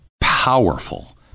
powerful